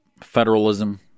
federalism